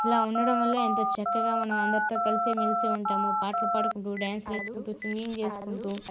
ఇలా ఉండడం వల్ల ఎంతో చక్కగా మనమందరితో కలిసి మెలిసి ఉంటాము పాటలు పాడుకుంటూ డ్యాన్సులు వేసుకుంటూ సింగింగ్ చేసుకుంటూ